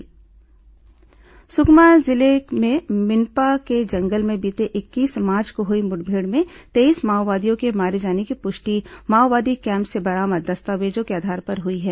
मुठभेड़ खुलासा सुकमा जिले में मिनपा के जंगल में बीते इक्कीस मार्च को हुई मुठभेड़ मे तेईस माओवादियों के मारे जाने की पुष्टि माओवादी कैम्प से बरामद दस्तावेजों के आधार पर हुई है